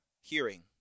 hearing